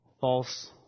false